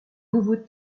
nouveau